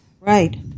right